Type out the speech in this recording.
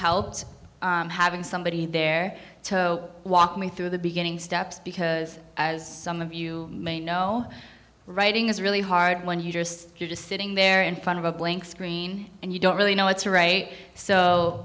having somebody there to walk me through the beginning steps because as some of you may know writing is really hard when you just you're just sitting there in front of a blank screen and you don't really know what's right so